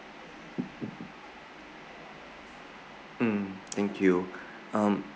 mm thank you um